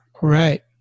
Right